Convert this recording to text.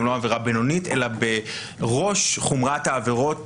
גם לא בינונית אלא בראש חומרת העבירות